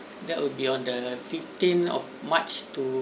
that would be on the fifteenth of march to